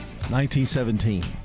1917